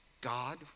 God